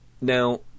Now